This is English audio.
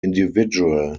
individual